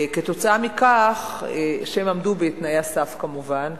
כתוצאה מכך שהם עמדו בתנאי הסף, כמובן.